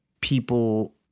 people